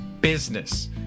business